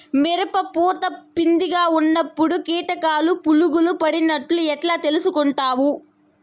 మిరప పూత పిందె గా ఉన్నప్పుడు కీటకాలు పులుగులు పడినట్లు ఎట్లా తెలుసుకుంటావు?